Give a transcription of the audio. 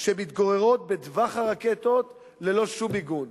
שמתגוררות בטווח הרקטות ללא שום מיגון,